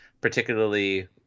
Particularly